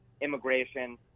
immigration